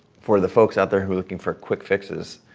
for the folks out there who are looking for quick fixes,